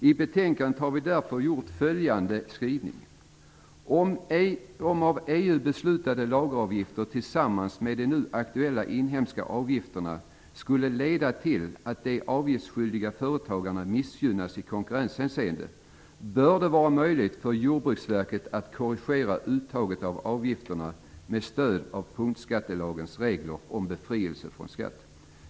I betänkandet har vi därför gjort följande skrivning: "Om av EG beslutade lageravgifter tillsammans med de nu aktuella inhemska avgifterna skulle leda till att de avgiftsskyldiga företagarna missgynnas i konkurrenshänseende, bör det vara möjligt för Jordbruksverket att korrigera uttaget av avgifterna med stöd av punktskattelagens regler om befrielse från skatt.